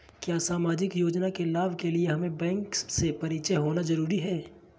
क्या सामाजिक योजना के लाभ के लिए हमें बैंक से परिचय होना जरूरी है?